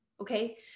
Okay